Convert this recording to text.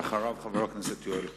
ואחריו, חבר הכנסת יואל חסון.